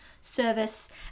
service